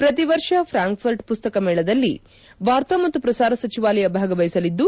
ಶ್ರತಿವರ್ಷ Frankfurt ಮಸ್ತಕ ಮೇಳದಲ್ಲಿ ವಾರ್ತಾ ಮತ್ತು ಪ್ರಸಾರ ಸಚಿವಾಲಯ ಭಾಗವಹಿಸಲಿದ್ದು